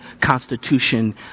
Constitution